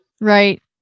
Right